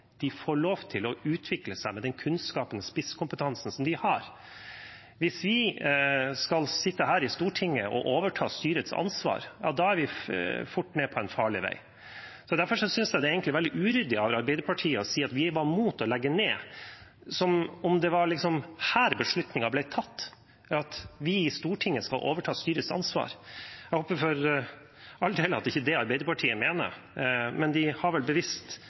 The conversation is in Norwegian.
de får lov til å utvikle seg med den kunnskapen og spisskompetansen de har. Hvis vi skal sitte her i Stortinget og overta styrets ansvar, er vi fort på en farlig vei. Derfor synes jeg det egentlig er veldig uryddig av Arbeiderpartiet å si at vi var mot å legge ned, som om det var her beslutningen ble tatt – at vi i Stortinget skal overta styrets ansvar. Jeg håper for all del at det ikke er det Arbeiderpartiet mener, men de har vel bevisst